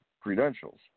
credentials –